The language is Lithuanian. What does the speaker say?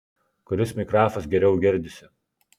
kuris mikrafas geriau girdisi